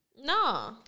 No